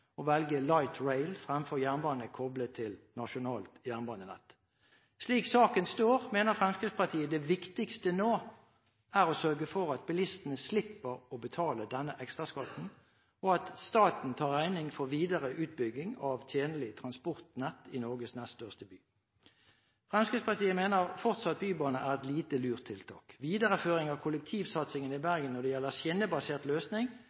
å velge «light rail» fremfor jernbane koblet til nasjonalt jernbanenett. Slik saken står, mener Fremskrittspartiet at det viktigste nå er å sørge for at bilistene slipper å betale denne ekstraskatten, og at staten tar regningen for videre utbygging av tjenlig transportnett i Norges nest største by. Fremskrittspartiet mener fortsatt at bybane er et lite lurt tiltak. Videreføring av kollektivsatsingen i Bergen når det gjelder skinnebasert løsning,